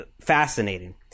fascinating